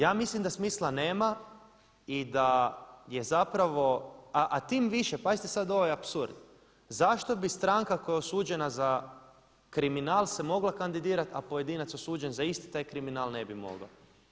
Ja mislim da smisla nema i da je zapravo, a tim više, pazite sad ovaj apsurd zašto bi stranka koja je osuđena za kriminal se mogla kandidirati a pojedinac osuđen za isti taj kriminal ne bi mogao?